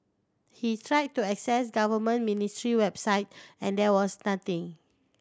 he tried to access government ministry website and there was nothing